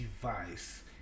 device